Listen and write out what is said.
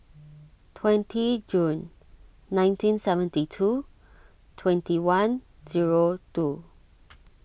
twenty June nineteen seventy two twenty one zero two